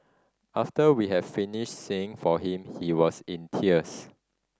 after we had finished singing for him he was in tears